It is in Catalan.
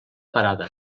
parada